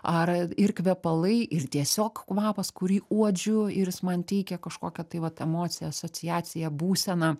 ar ir kvepalai ir tiesiog kvapas kurį uodžiu ir jis man teikia kažkokią tai vat emociją asociaciją būseną